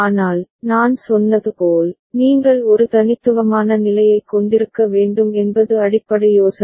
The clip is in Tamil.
ஆனால் நான் சொன்னது போல் நீங்கள் ஒரு தனித்துவமான நிலையைக் கொண்டிருக்க வேண்டும் என்பது அடிப்படை யோசனை